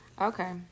Okay